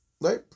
right